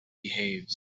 behaves